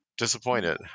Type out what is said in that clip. disappointed